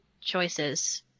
choices